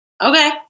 Okay